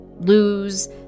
Lose